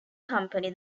company